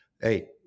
hey